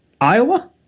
Iowa